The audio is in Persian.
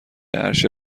عرشه